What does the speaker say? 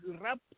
rap